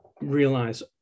realize